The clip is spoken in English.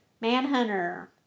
Manhunter